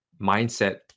mindset